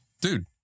Dude